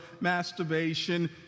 masturbation